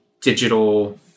digital